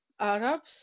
Arabs